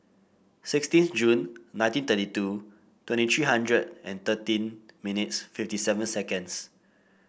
sixteen June nineteen thirty two twenty three hundred and thirteen minutes fifty seven seconds